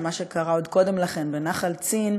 ומה שקרה עוד קודם לכן בנחל צין,